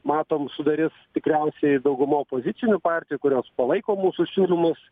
matom sudarys tikriausiai dauguma opozicinių partijų kurios palaiko mūsų siūlymus